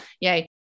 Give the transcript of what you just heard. yay